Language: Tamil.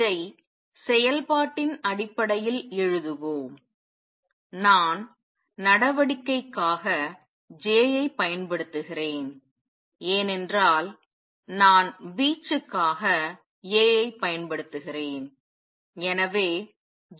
இதை செயல்பாட்டின் அடிப்படையில் எழுதுவோம் நான் நடவடிக்கைக்காக J ஐப் பயன்படுத்துகிறேன் ஏனென்றால் நான் வீச்சுக்காக A ஐப் பயன்படுத்துகிறேன்